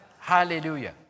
Hallelujah